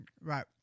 Right